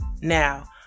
Now